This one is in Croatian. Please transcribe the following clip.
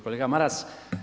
Kolega Maras.